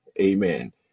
amen